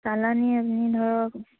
চালানী আমি ধৰক